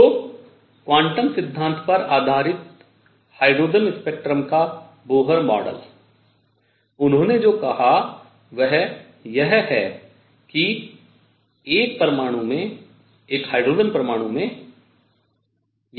तो क्वांटम सिद्धांत पर आधारित हाइड्रोजन स्पेक्ट्रम का बोहर मॉडल उन्होंने जो कहा वह यह है कि एक परमाणु में एक हाइड्रोजन परमाणु है